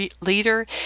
leader